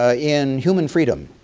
ah in human freedom,